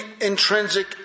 intrinsic